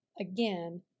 again